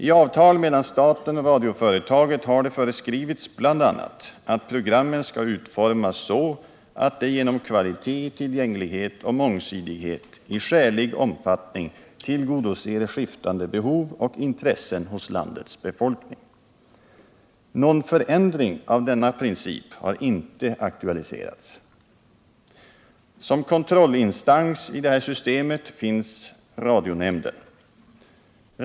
I avtal mellan staten och radioföretaget har det föreskrivits bl.a. att programmen skall utformas så att de genom kvalitet, tillgänglighet och mångsidighet i skälig omfattning tillgodoser skiftande behov och intressen hos landets befolkning. Någon förändring av denna princip har inte aktualiserats. Som kontrollinstans i systemet finns radionämnden.